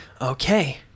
Okay